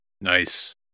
Nice